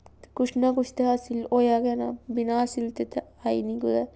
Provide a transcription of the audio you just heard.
कुछ ना कुछ ते हासिल होएआ गै ना बिना हासिल दे ते आई निं कुदै